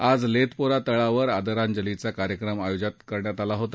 आज लेथपोरा तळावर आदरांजलीचा कार्यक्रम आयोजण्यात आला होता